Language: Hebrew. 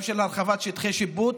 גם של הרחבת שטחי שיפוט.